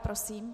Prosím.